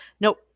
Nope